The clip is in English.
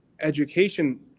education